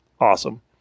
awesome